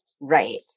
Right